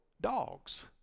dogs